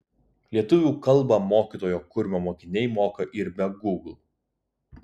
lietuvių kalbą mokytojo kurmio mokiniai moka ir be gūgl